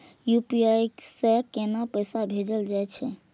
UPI से केना पैसा भेजल जा छे?